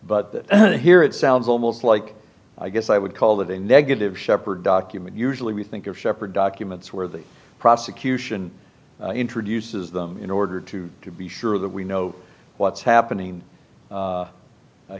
but here it sounds almost like i guess i would call that a negative sheppard document usually we think of shepherd documents where the prosecution introduces them in order to to be sure that we know what's happening